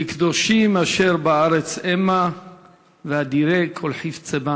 "לקדושים אשר בארץ המה ואדירי כל חפצי בם".